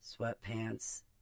sweatpants